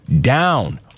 down